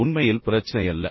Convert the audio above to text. இது உண்மையில் பிரச்சனையல்ல